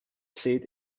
seat